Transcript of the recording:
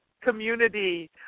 community